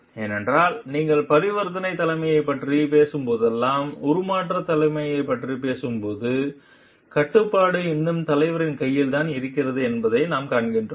ஏனென்றால் நீங்கள் பரிவர்த்தனைத் தலைமையைப் பற்றிப் பேசும் போதெல்லாம் உருமாற்றத் தலைமையைப் பற்றிப் பேசும்போது கட்டுப்பாடு இன்னும் தலைவரின் கையில்தான் இருக்கிறது என்பதை நாம் காண்கிறோம்